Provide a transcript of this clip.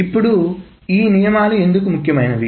ఇప్పుడు ఈ నియమాలు ఎందుకు ముఖ్యమైనవి